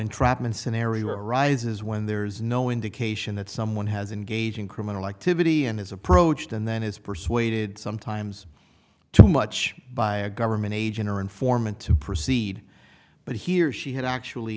entrapment scenario arises when there is no indication that someone has engaged in criminal activity and is approached and then is persuaded sometimes too much by a government agent or informant to proceed but he or she had actually